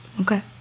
Okay